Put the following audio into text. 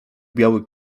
biały